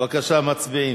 בבקשה, מצביעים.